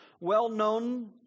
well-known